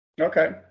Okay